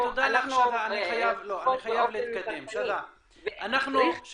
אלה נתונים שאנחנו --- באופן פרטני וצריך --- שדא,